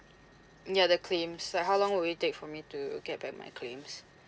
ya the claims like how long will it take for me to get back my claims